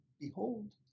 behold